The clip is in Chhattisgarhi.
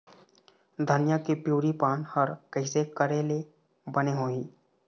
धनिया के पिवरी पान हर कइसे करेले बने होही?